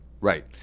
Right